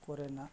ᱠᱚᱨᱮᱱᱟᱜ